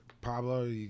Pablo